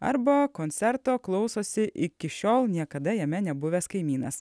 arba koncerto klausosi iki šiol niekada jame nebuvęs kaimynas